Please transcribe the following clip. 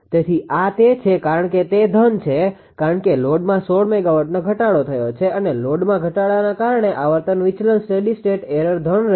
તેથી આ તે છે કારણ કે તે ધન છે કારણ કે લોડમાં 16 મેગાવોટનો ઘટાડો થયો છે અને લોડમાં ઘટાડાના કારણે આવર્તન વિચલન સ્ટેડી સ્ટેટ એરર ધન રહેશે